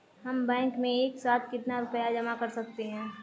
हम बैंक में एक साथ कितना रुपया जमा कर सकते हैं?